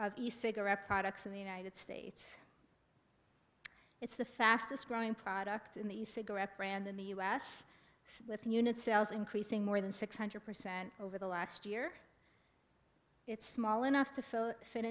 the cigarette products in the united states it's the fastest growing product in the cigarette brand in the u s with unit sales increasing more than six hundred percent over the last year it's small enough to feel fit